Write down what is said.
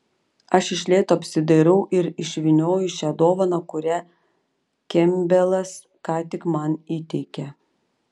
aš iš lėto apsidairau ir išvynioju šią dovaną kurią kempbelas ką tik man įteikė